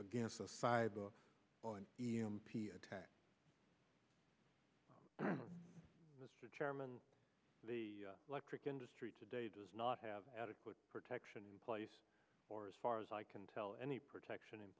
against a fiber e m p attack mr chairman the electric industry today does not have adequate protection place or as far as i can tell any protection in